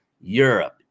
Europe